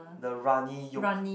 the runny yolk